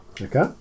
okay